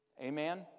Amen